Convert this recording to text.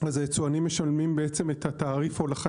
אז היצואנים משלמים בעצם את תהליך ההולכה,